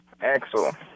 Axel